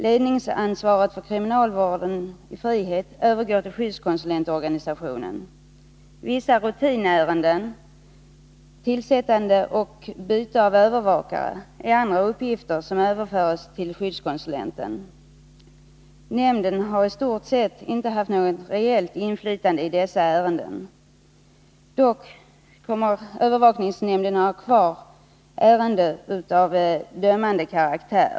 Ledningsansvaret för kriminalvården i frihet övergår till skyddskonsulentorganisationen. Vissa rutinärenden, tillsättande och byte av övervakare, är andra uppgifter som överförs till skyddskonsulenten. Nämnden har i stort sett inte haft något reellt inflytande i dessa ärenden. Dock kommer övervakningsnämnden att ha kvar ärenden av dömande karaktär.